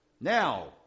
now